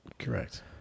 Correct